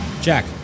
Jack